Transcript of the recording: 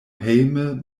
hejme